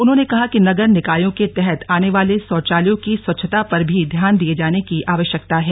उन्होंने कहा कि नगर निकायों के तहत आने वाले शौचालयों की स्वच्छता पर भी ध्यान दिए जाने की आवश्यकता है